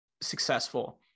successful